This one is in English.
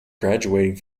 graduating